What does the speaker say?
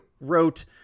wrote